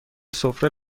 سفره